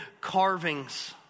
carvings